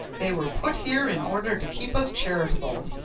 they were put here in order to keep us charitable